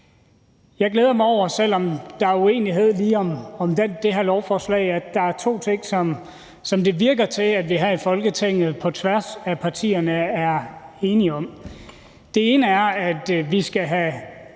Jeg glæder mig over – selv om der er uenighed om lige det her lovforslag – at der er to ting, som det virker som om vi her i Folketinget på tværs af partierne er enige om. Det ene er, at vi skal have